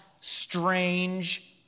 strange